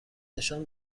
نشان